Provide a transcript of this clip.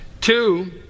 Two